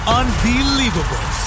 unbelievable